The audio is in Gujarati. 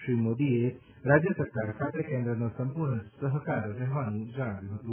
શ્રી મોદીએ રાજયસરકાર સાથે કેન્દ્રનો સંપૂર્ણ સહકાર રહેવાનું જણાવ્યું હતું